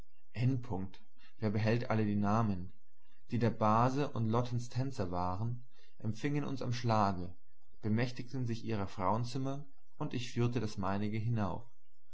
wer behält alle die namen die der base und lottens tänzer waren empfingen uns am schlage bemächtigten sich ihrer frauenzimmer und ich führte das meinige hinauf